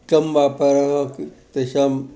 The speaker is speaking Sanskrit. चं व्यापारः तेषाम्